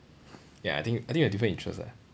ya I think I think we have different interest ah